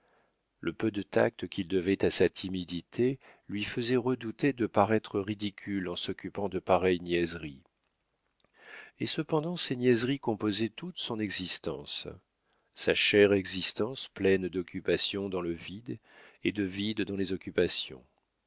le peu de tact qu'il devait à sa timidité lui faisait redouter de paraître ridicule en s'occupant de pareilles niaiseries et cependant ces niaiseries composaient toute son existence sa chère existence pleine d'occupations dans le vide et de vide dans les occupations